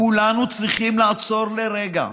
כולנו צריכים לעצור לרגע,